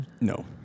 No